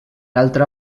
altra